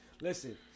Listen